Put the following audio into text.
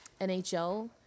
NHL